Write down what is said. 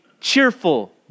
cheerful